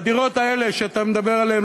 בדירות האלה שאתה מדבר עליהן,